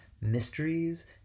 mysteries